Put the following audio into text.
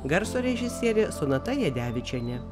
garso režisierė sonata jadevičienė